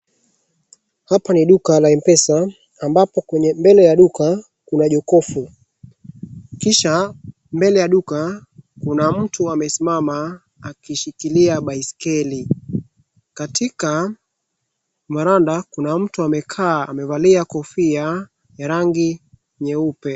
Hapo ni duka la mpesa, ambapo kwenye mbele ya duka kuna jokovu kisha mele ya duka kuna mtu amesimama akishikilia baiskeli. Katika varanda kuna mtu amekaa amevalia kofia ya rangi nyeupe.